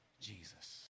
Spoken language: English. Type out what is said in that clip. Jesus